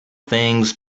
things